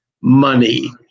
money